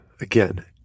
again